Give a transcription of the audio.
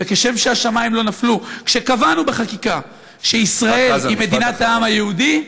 וכשם שהשמים לא נפלו כשקבענו בחקיקה שישראל היא מדינת העם היהודי,